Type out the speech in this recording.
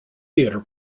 theater